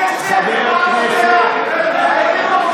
אין אמת.